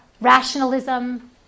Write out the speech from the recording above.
rationalism